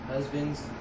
Husbands